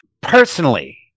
personally